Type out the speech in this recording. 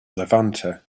levanter